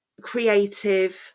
creative